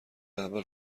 اول